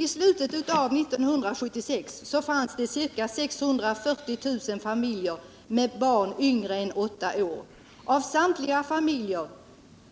I slutet av 1976 fanns det ca 640 000 familjer med barn yngre än åtta år. Av samtliga familjer